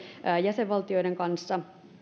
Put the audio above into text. jäsenvaltioiden kanssa